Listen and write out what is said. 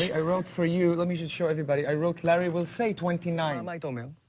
i wrote for you, let me show everybody. i wrote larry will say twenty nine. like um um